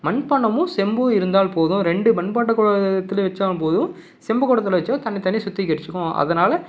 மண்பாண்டமும் செம்பும் இருந்தால் போதும் ரெண்டு மண்பாண்ட குடத்தில வைச்சால் போதும் செம்பு குடத்துல வைச்சா தன்னைத் தானே சுத்திகரிச்சுக்கும் அதனால